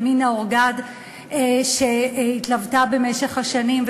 ומינה אורגד שהתלוותה במשך השנים,